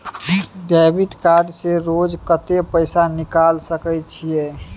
Debit card से रोज कत्ते पैसा निकाल सके छिये?